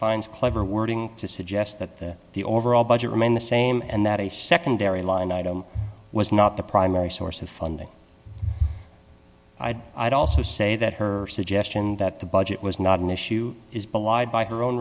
finds clever wording to suggest that the overall budget remained the same and that a secondary line item was not the primary source of funding i'd i'd also say that her suggestion that the budget was not an issue is belied by her own